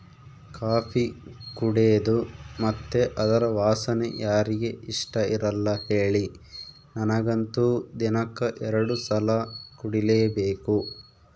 coffee ಕುಡೇದು ಮತ್ತೆ ಅದರ ವಾಸನೆ ಯಾರಿಗೆ ಇಷ್ಟಇರಲ್ಲ ಹೇಳಿ ನನಗಂತೂ ದಿನಕ್ಕ ಎರಡು ಸಲ ಕುಡಿಲೇಬೇಕು